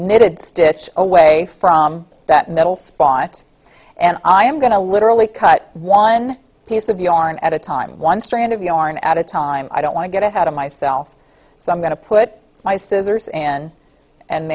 knitted stitch away from that middle spot and i am going to literally cut one piece of yarn at a time one strand of yarn at a time i don't want to get ahead of myself so i'm going to put my scissors in and